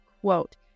quote